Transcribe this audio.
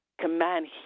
command